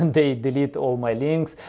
and they delete all my links,